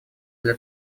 для